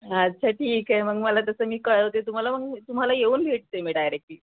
अच्छा ठीक आहे मग मला तसं मी कळते तुम्हाला मग तुम्हाला येऊन भेटते मी डायरेक्टली